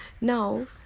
Now